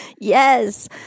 Yes